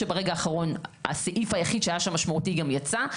שברגע האחרון הסעיף היחיד שהיה שם משמעותי גם יצא.